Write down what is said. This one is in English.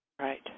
Right